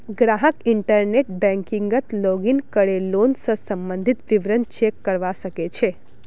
ग्राहक इंटरनेट बैंकिंगत लॉगिन करे लोन स सम्बंधित विवरण चेक करवा सके छै